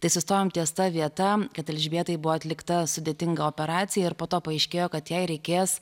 tai sustojom ties ta vieta kad elžbietai buvo atlikta sudėtinga operacija ir po to paaiškėjo kad jai reikės